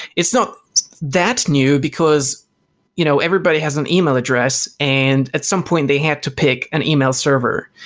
it's not that new, because you know everybody has an email address and at some point they had to pick an email server.